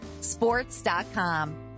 sports.com